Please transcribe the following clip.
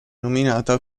nominata